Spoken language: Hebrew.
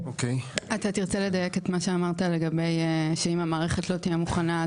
אתה תרצה לדייק את מה שאמרת שאם המערכת לא תהיה מוכנה,